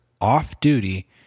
off-duty